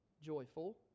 joyful